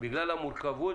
בגלל המורכבות,